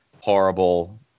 horrible